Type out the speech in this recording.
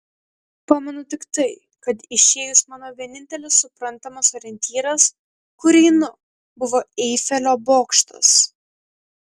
pamenu tik tai kad išėjus mano vienintelis suprantamas orientyras kur einu buvo eifelio bokštas